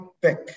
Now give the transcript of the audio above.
pick